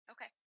Okay